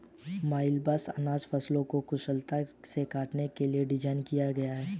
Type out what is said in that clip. combines अनाज फसलों को कुशलता से काटने के लिए डिज़ाइन किया गया है